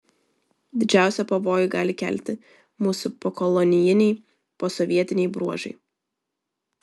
didžiausią pavojų gali kelti mūsų pokolonijiniai posovietiniai bruožai